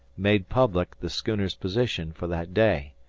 made public the schooner's position for that day,